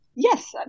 Yes